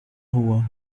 rua